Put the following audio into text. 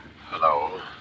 Hello